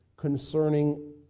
Concerning